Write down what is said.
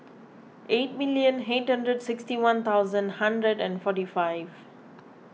eight million eight hundred sixty one thousand hundred and forty five